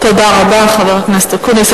תודה רבה, חבר הכנסת אקוניס.